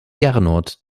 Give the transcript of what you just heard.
gernot